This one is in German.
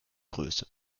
größe